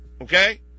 Okay